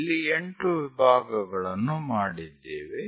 ಇಲ್ಲಿ 8 ವಿಭಾಗಗಳನ್ನು ಮಾಡಿದ್ದೇವೆ